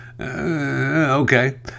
Okay